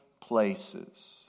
places